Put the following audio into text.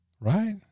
right